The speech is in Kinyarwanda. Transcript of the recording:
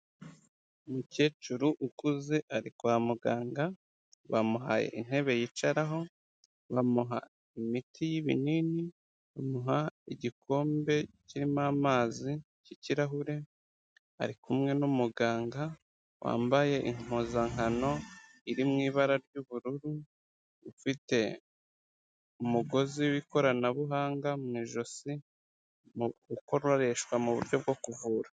Umukecuru ukuze ari kwa muganga, bamuhaye intebe yicaraho, bamuha imiti y'ibinini, bamuha igikombe kirimo amazi, k'ikirahure ari kumwe n'umuganga wambaye impuzankano iri mu ibara ry'ubururu, ufite umugozi w'ikoranabuhanga mu ijosi, ukoreshwa mu buryo bwo kuvura.